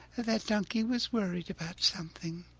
that donkey was worried about something,